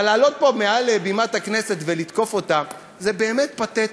אבל לעלות פה מעל בימת הכנסת ולתקוף אותה זה באמת פתטי,